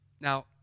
Now